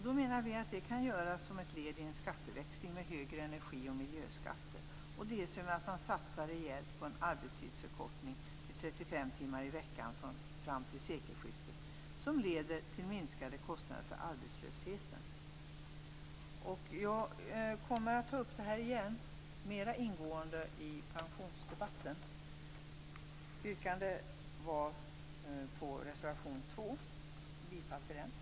Vi menar att detta kan göras som ett led i en skatteväxling med högre energi och miljöskatter. Det kan också ske genom att man satsar rejält på en förkortning av arbetstiden till 35 timmar i veckan fram till sekelskiftet. Det leder till minskade kostnader för arbetslösheten. Jag kommer att ta upp det här mer ingående i pensionsdebatten. Yrkandet gällde bifall till reservation 2.